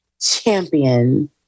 champion